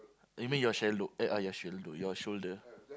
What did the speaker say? you mean shaldow eh uh shaldow your shoulder